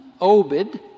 Obed